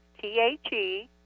T-H-E